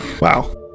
Wow